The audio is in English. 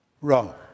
Wrong